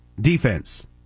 defense